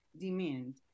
demand